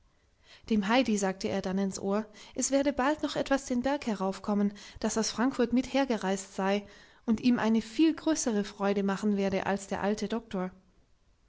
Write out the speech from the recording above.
dem heidi sagte er dann ins ohr es werde bald noch etwas den berg heraufkommen das aus frankfurt mit hergereist sei und ihm eine viel größere freude machen werde als der alte doktor